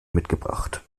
mitgebracht